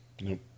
Nope